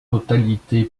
totalité